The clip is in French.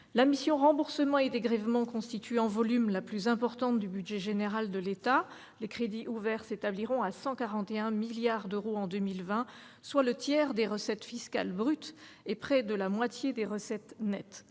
La mission « Remboursements et dégrèvements » constitue, en volume, la plus importante du budget général de l'État : les crédits ouverts s'établiront à 141 milliards d'euros en 2020, soit le tiers des recettes fiscales brutes et près de la moitié des recettes nettes.